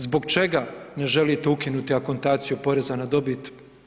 Zbog čega ne želite ukinuti akontaciju poreza na dobit?